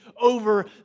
over